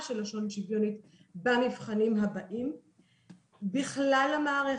של הלשון השוויונית במבחנים הבאים ובכלל המערכת.